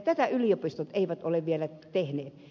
tätä yliopistot eivät ole vielä tehneet